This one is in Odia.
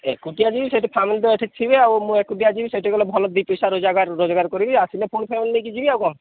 ଏକୁଟିଆ ଯିବି ସେଠି ତ ସେଠିିବ ଆଉ ମୁଁ ଏକୁଟିଆ ଯିବି ସେଠି ଗଲେ ଭଲ ଦୁଇ ପଇସା ରୋଜଗାର କରିବ ଆସିଲେ ପୁଣି ଫ୍ୟାମିଲି ନେଇିକି ଯିବି କ'ଣ